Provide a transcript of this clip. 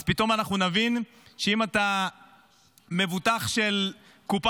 פתאום אנחנו נבין שאם אתה מבוטח של קופה